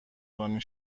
رانی